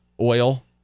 oil